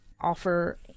offer